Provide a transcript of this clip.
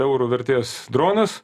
eurų vertės dronas